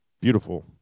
beautiful